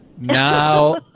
now